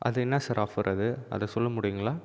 அது என்ன sir offer அது அது சொல்ல முடியுங்களா